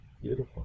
Beautiful